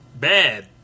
Bad